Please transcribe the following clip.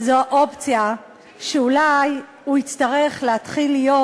זה האופציה שאולי הוא יצטרך להתחיל להיות